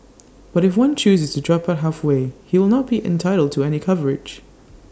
but if one chooses to drop out halfway he will not be entitled to any coverage